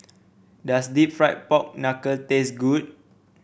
does deep fried Pork Knuckle taste good